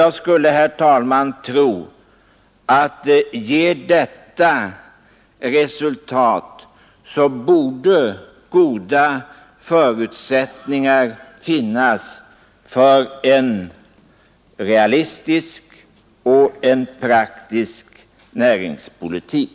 Jag skulle, herr talman, tro att om detta ger resultat så finns goda förutsättningar för en realistisk och praktisk näringspolitik.